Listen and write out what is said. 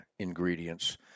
Ingredients